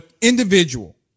individual